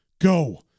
Go